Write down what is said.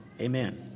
Amen